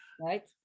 right